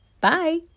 bye